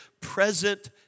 present